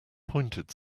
pointed